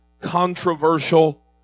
controversial